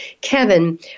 Kevin